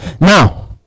Now